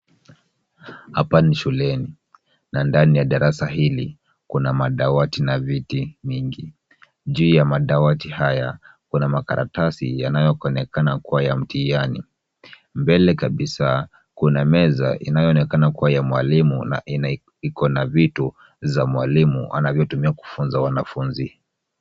Hapa ni shuleni na ndani ya darasa hili kuna madawati na viti mingi. Juu ya madawati haya kuna makaratasi yanayo onekana kuwa ya mtihani. Mbele kabisa kuna meza inayoonekana kuwa ya mwalimu na iko na vitu za mwalimu anavyotumia kufunza wanafunzi.